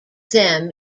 them